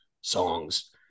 songs